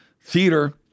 theater